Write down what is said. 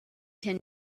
ten